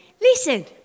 listen